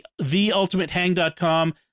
theultimatehang.com